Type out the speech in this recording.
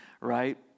right